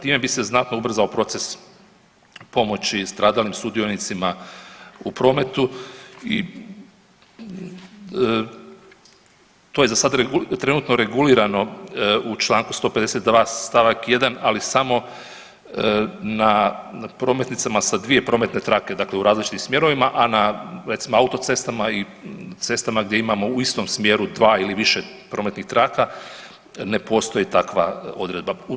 Time bi se znatno ubrzao proces pomoći stradalim sudionicima u prometu i to je za sad trenutno regulirano u čl. 152 st. 1 ali samo na prometnicama sa 2 prometne trake, dakle u različitim smjerovima, a na, recimo autocestama ili cestama gdje imamo u istom smjeru 2 ili više prometnih traka ne postoji takva odredba.